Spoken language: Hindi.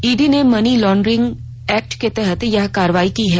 ईडी ने मनी लांड्रिंग एक्ट के तहत यह कार्रवाई की है